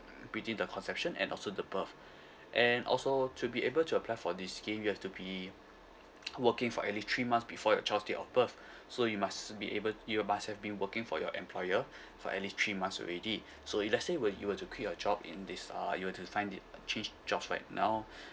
between the conception and also the birth and also to be able to apply for this scheme you have to be working for at least three months before your child's day of birth so you must be able you must have been working for your employer for at least three months already so if let's say where you were to quit your job in this uh you were to resign it change jobs right now